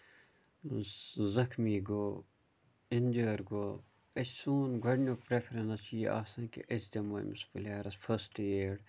زَخمی گوٚو اِنجٲڈ گوٚو أسۍ چھِ سوٚن گۄڈٕنیُک پرٛیفرَنَس چھُ یہِ آسان کہِ أسۍ دِمو أمِس پُلیرَس فٔسٹ ایڈ